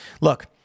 Look